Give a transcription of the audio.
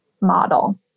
model